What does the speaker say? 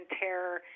terror